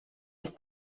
ist